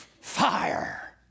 fire